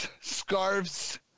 scarves